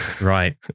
Right